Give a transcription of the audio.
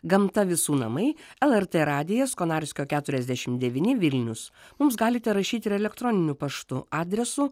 gamta visų namai lrt radijas konarskio keturiasdešim devyni vilnius mums galite rašyti ir elektroniniu paštu adresu